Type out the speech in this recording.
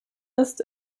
ist